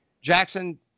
Jackson